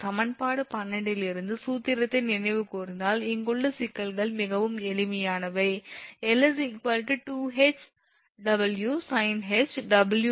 சமன்பாடு 12 இலிருந்து சூத்திரத்தை நினைவு கூர்ந்தால் இங்குள்ள சிக்கல்கள் மிகவும் எளிமையானவை 𝑙 2𝐻𝑊sinh 𝑊𝐿2𝐻